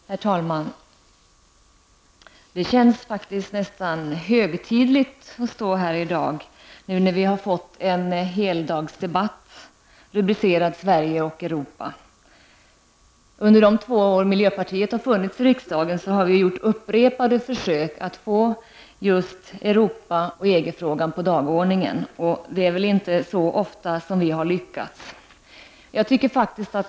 Herr talman! Det känns nästan högtidligt att stå här i dag när vi nu har fått en heldagsdebatt rubricerad Sverige och Europa. Under de två år miljöpartiet har funnits i riksdagen har vi gjort upprepade försök att få just Europa och EG-frågan på dagordningen. Det är väl inte så ofta som vi har lyckats.